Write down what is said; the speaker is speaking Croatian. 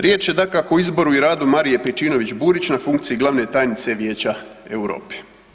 Riječ je dakako o izboru i radu Marije Pejčinović Burić na funkciji glavne tajnice Vijeća Europe.